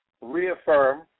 reaffirm